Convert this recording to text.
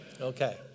Okay